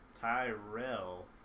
Tyrell